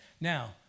Now